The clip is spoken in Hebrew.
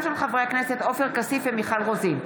בעקבות דיון מהיר בהצעתם של חברי הכנסת סמי אבו שחאדה ואלון טל בנושא: